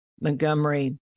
Montgomery